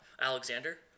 Alexander